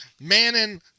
manning